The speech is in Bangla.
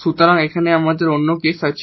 সুতরাং এখানে আমাদের এই অন্য কেস আছে